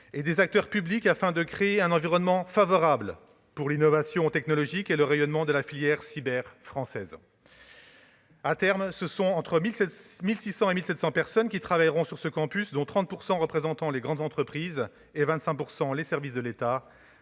et des acteurs publics, afin de créer un environnement favorable à l'innovation technologique et au rayonnement de la filière cyber française. À terme, entre 1 600 et 1 700 personnes travailleront sur ce campus, dont 30 % représenteront les grandes entreprises et 25 % les services de l'État,